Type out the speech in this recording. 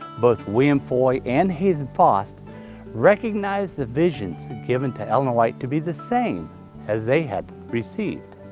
both william foy and hazen foss recognized the visions given to ellen white to be the same as they had received.